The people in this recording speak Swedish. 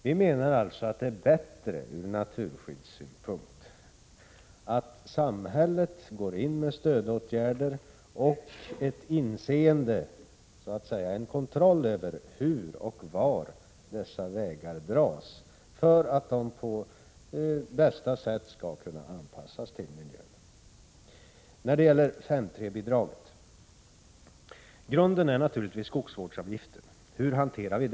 Vi anser därför att det ur naturskyddssynpunkt är bättre att samhället går in med stödåtgärder och kontrollerar hur och var dessa vägar dras för att dessa på bästa sätt skall kunna anpassas till miljön. Grunden för 5:3-bidragen är naturligtvis hur vi skall hantera skogsvårdsavgiften.